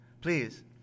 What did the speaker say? Please